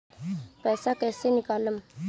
पैसा कैसे निकालम?